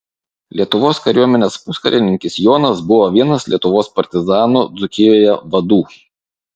lietuvos kariuomenės puskarininkis jonas buvo vienas lietuvos partizanų dzūkijoje vadų